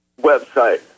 website